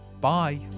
Bye